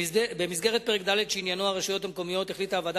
במסגרת פרק ד' שעניינו הרשויות המקומיות החליטה הוועדה